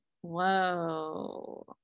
Whoa